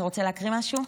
אתה רוצה להקריא משהו?